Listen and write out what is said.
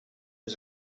was